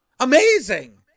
Amazing